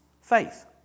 faith